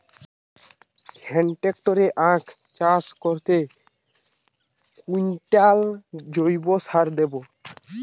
এক হেক্টরে আখ চাষে কত কুইন্টাল জৈবসার দেবো?